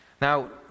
Now